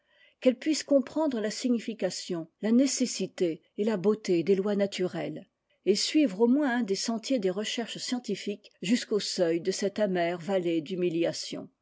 qu'elle puisse comprendre la signification la nécessité et la beauté des lois naturelles et suivre au moins un des sentiers des recherches scientifiques jusqu'au seuil de cette amère vallée d'humiliation